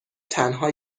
تنها